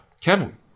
Kevin